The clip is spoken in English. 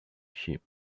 sheep